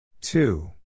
two